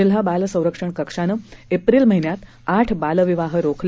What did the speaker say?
जिल्हा बाल संरक्षण कक्षाने एप्रिल महिन्यात आठ बालविवाह रोखले